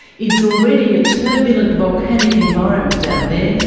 it's already a turbulent volcanic environment down there,